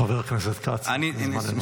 חבר הכנסת כץ, זמננו תם.